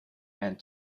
and